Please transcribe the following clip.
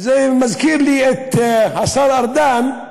זה מזכיר לי את השר ארדן,